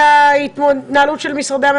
שבעצם כשאנחנו מדברים על התוכנית שלנו אנחנו